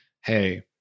hey